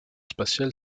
spatiale